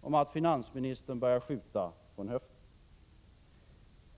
om att finansministern börjar skjuta från höften.